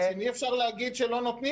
אי אפשר להגיד שלא נותנים לו.